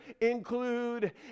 include